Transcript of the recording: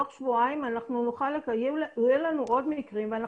תוך שבועיים יהיה לנו את רוב המקרים ועם